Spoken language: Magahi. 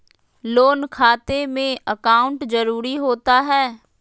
लोन खाते में अकाउंट जरूरी होता है?